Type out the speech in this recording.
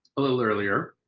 a little earlier,